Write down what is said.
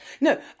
No